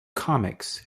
comics